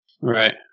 Right